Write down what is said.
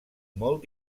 molt